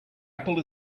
apple